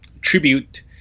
tribute